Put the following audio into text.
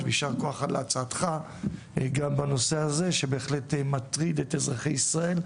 וישר כוח על הצעתך גם בנושא הזה שבהחלט מטריד את אזרחי ישראל,